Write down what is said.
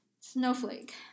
Snowflake